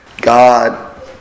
God